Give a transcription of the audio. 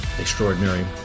extraordinary